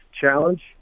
challenge